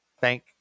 thank